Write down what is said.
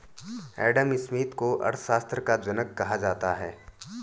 Adam Smith को अर्थशास्त्र का जनक कहा जाता है